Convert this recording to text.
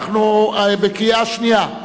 אנחנו בקריאה שנייה,